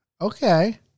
Okay